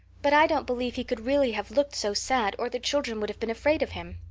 but i don't believe he could really have looked so sad or the children would have been afraid of him.